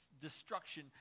destruction